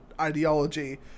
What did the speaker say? ideology